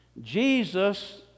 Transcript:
Jesus